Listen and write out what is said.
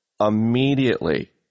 immediately